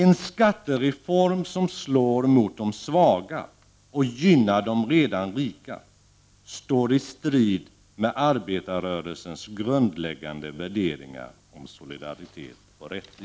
En skattereform som slår mot de svaga och gynnar de redan rika står i strid med arbetarrörelsens grundläggande värderingar om solidaritet och rättvisa.